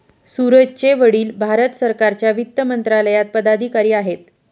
सूरजचे वडील भारत सरकारच्या वित्त मंत्रालयात पदाधिकारी आहेत